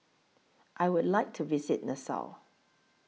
I Would like to visit Nassau